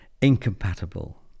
incompatible